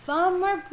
Farmer